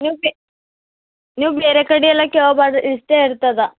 ನೀವು ಬೆ ನೀವು ಬೇರೆ ಕಡೆ ಎಲ್ಲ ಕೇಳಬ್ಯಾಡ್ರಿ ಇಷ್ಟೆ ಇರ್ತದ